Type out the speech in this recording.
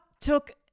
took